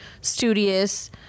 studious